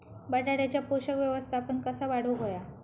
बटाट्याचा पोषक व्यवस्थापन कसा वाढवुक होया?